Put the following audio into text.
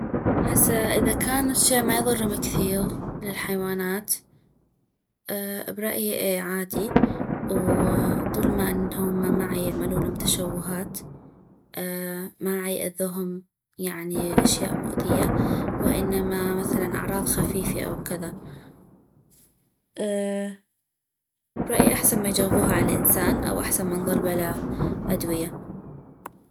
هسه اذا كان الشي ما يظرم كثيغ للحيوانات برأيي اي عادي و طول انو هما ما عيعملولم تشوهات ما عيأذوهم يعني اشياء مؤذية وانما اعراض خفيفي او كذا برأيي احسن ما يجغبوها عل انسان او احسن ما نظل بلا ادوية